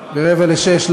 ל-17:45.